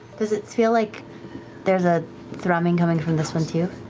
does it feel like there's a thrumming coming from this one, too?